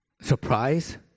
surprise